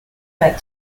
that